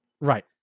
Right